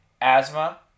Asthma